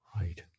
Right